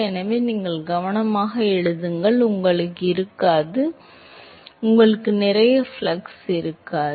எனவே நீங்கள் கவனமாக எழுதுங்கள் உங்களுக்கு இருக்காது உங்களிடம் இருக்காது உங்களுக்கு நிறை ஃப்ளக்ஸ் இருக்காது